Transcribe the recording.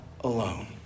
alone